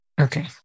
Okay